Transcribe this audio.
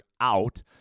out